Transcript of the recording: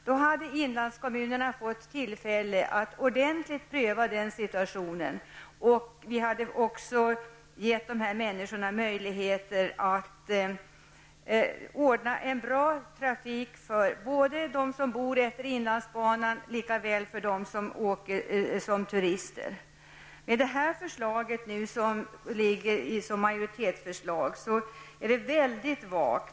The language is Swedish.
Då hade inlandskommunerna fått tillfälle att ordentligt pröva den situationen, och vi hade också givit dem möjligheter att ordna en bra trafik både för dem som bor utefter inlandsbanan och för dem som åker med den som turister. Det förslag som nu är majoritetsförslag är mycket vagt.